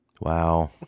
Wow